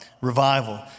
revival